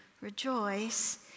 Rejoice